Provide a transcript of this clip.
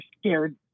scared